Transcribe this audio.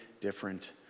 different